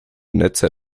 netze